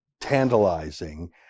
tantalizing